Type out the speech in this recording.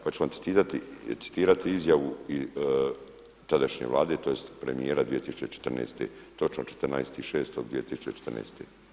Pa ću vam citirati izjavu i tadašnje Vlade, tj. premijera 2014. točno 14.6.2014.